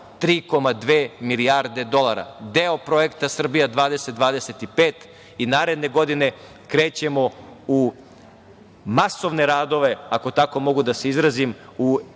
3,2 milijarde dolara. Deo projekta „Srbija 2025“.Naredne godine krećemo u masovne radove, ako tako mogu da se izrazim u